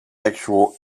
actual